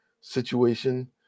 situation